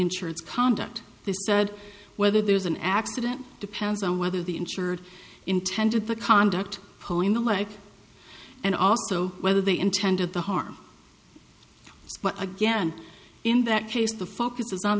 insurance conduct they said whether there's an accident depends on whether the insured intended to conduct poing the life and also whether they intended the harm but again in that case the focus is on